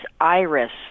iris